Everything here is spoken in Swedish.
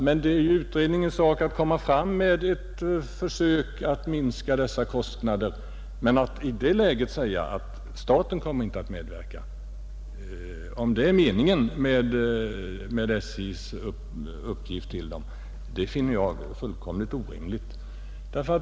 Men det är utredningens sak att komma fram med ett förslag till minskning av dessa kostnader. Att i detta läge säga att staten inte kommer att medverka — om det är det som är meningen med SJ:s uppgift — finner jag fullständigt orimligt.